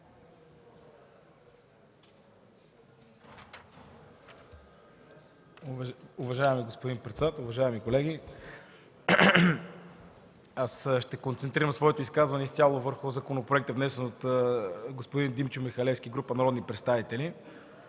Уважаеми господин председател, уважаеми колеги! Аз ще концентрирам своето изказване изцяло върху законопроекта, внесен от господин Димчо Михалевски и група народни представители.